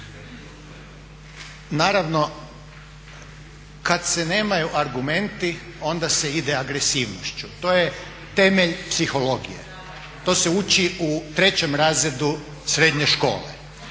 Naravno, kada se nemaju argumenti onda se ide agresivnošću, to je temelj psihologije, to se uči u 3. razredu srednje škole.